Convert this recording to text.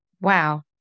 Wow